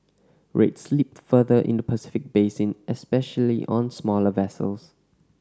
rates slipped further in the Pacific basin especially on smaller vessels